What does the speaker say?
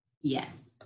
Yes